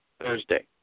Thursday